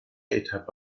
etappe